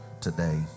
today